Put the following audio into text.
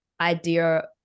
idea